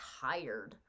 tired